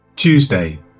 Tuesday